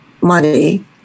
money